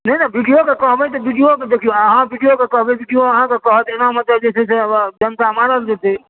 नहि नहि B D O के कहबै तऽ बीडीओके देखिऔ अहाँ बीडीओके कहबै बी डी ओ अहाँकेँ कहत एनामे तऽ जे छै से जनता मारल जेतै